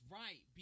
right